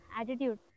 attitude